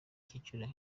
cyiciro